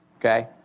Okay